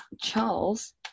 Charles